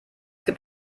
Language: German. gibt